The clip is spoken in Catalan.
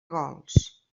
gols